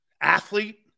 Athlete